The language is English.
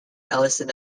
ellison